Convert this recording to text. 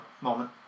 moment